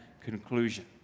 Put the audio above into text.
conclusion